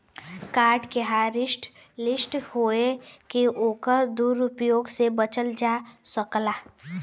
card के hotlist होये से ओकर दुरूप्रयोग से बचल जा सकलै